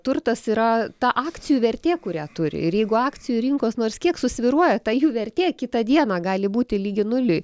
turtas yra ta akcijų vertė kurią turi ir jeigu akcijų rinkos nors kiek susvyruoja ta jų vertė kitą dieną gali būti lygi nuliui